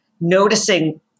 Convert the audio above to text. noticing